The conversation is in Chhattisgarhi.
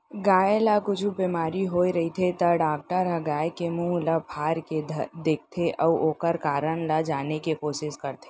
गाय ल कुछु बेमारी होय रहिथे त डॉक्टर ह गाय के मुंह ल फार के देखथें अउ ओकर कारन ल जाने के कोसिस करथे